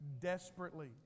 desperately